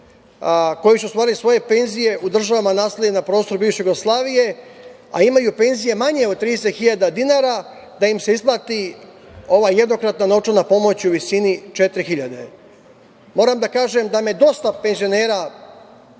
koji su ostvarili svoje penzije u državama nastalim na prostor bivše Jugoslavije, a imaju penzije manje od 30.000 dinara da im se isplati ova jednokratna novčana pomoć u visini 4.000 dinara. Moram da kažem da me je dosta penzionera